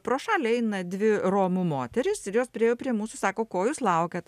pro šalį eina dvi romų moterys ir jos priėjo prie mūsų sako ko jūs laukiat